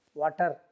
water